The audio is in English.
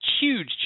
huge